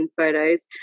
photos